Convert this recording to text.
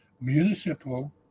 municipal